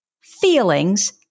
feelings